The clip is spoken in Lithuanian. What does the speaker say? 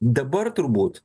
dabar turbūt